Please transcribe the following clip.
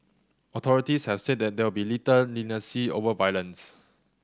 authorities have said there will be little leniency over violence